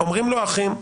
לו האחים: